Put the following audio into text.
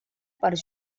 per